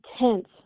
tense